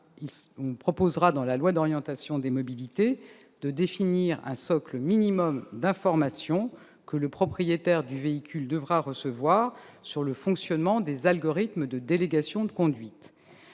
au travers de la loi d'orientation des mobilités, de définir un socle minimum d'informations que le propriétaire du véhicule devra recevoir sur le fonctionnement des algorithmes de délégation de conduite.